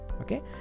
Okay